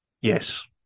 yes